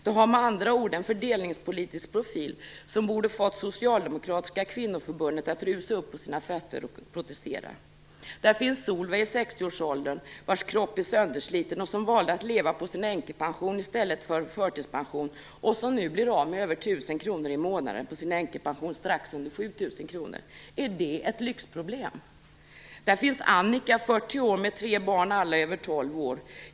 Det har med andra ord en fördelningspolitisk profil som borde fått Socialdemokratiska kvinnoförbundet att rusa upp på sina fötter och protestera. Där finns Solveig i 60-årsåldern, vars kropp är söndersliten och som valde att leva på sin änkepension i stället för förtidspension. Nu blir hon av med över 1 000 kr i månaden på sin änkepension som ligger strax under 7 000 kr. Är det ett lyxproblem? Där finns Annika som är 40 år och har tre barn, alla över 12 år.